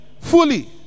fully